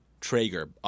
Traeger